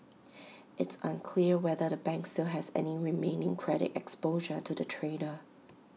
it's unclear whether the bank still has any remaining credit exposure to the trader